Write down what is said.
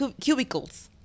cubicles